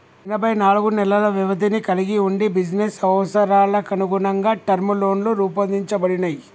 ఎనబై నాలుగు నెలల వ్యవధిని కలిగి వుండి బిజినెస్ అవసరాలకనుగుణంగా టర్మ్ లోన్లు రూపొందించబడినయ్